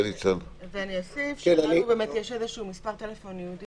אני אוסיף שלנו יש מספר טלפון ייעודי